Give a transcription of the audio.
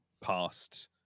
past